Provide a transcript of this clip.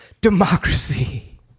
democracy